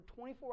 24